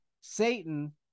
Satan